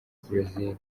brezil